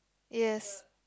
yes